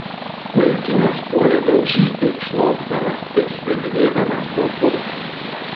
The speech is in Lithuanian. vaikinas puolė daužyti šnopšdamas ir slidinėdamas po purvą